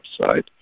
website